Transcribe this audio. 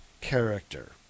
character